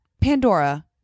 Pandora